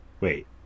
Wait